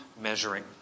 measuring